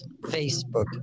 Facebook